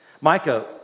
Micah